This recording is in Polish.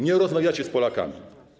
Nie rozmawiacie z Polakami.